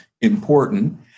important